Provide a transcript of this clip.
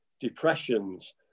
depressions